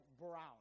brown